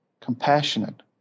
Compassionate